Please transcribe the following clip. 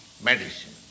medicine